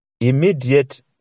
Immediate